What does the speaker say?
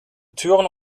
türen